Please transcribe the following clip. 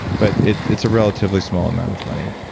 but it's it's a relatively small amount of money,